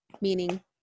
meaning